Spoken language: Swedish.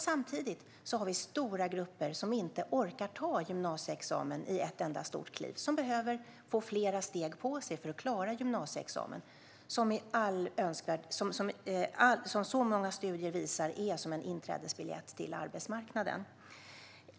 Samtidigt har vi stora grupper som inte orkar ta gymnasieexamen i ett enda stort kliv och som behöver få flera steg på sig för att klara detta. En mängd studier visar att en gymnasieexamen fungerar som en inträdesbiljett till arbetsmarknaden.